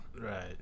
Right